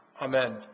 Amen